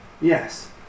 Yes